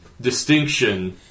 distinction